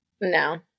No